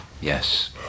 Yes